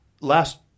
Last